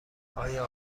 آیا